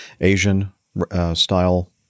Asian-style